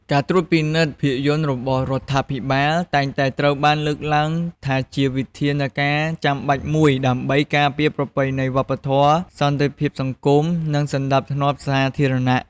ការត្រួតពិនិត្យភាពយន្តរបស់រដ្ឋាភិបាល តែងតែត្រូវបានលើកឡើងថាជាវិធានការចាំបាច់មួយ ដើម្បីការពារប្រពៃណីវប្បធម៌ សន្តិភាពសង្គម និងសណ្ដាប់ធ្នាប់សាធារណៈ។